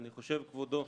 כבודו,